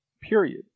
period